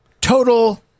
total